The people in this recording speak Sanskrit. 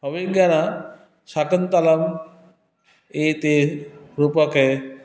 अभिज्ञानशाकुन्तलम् एते रूपके